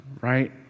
right